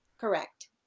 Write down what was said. correct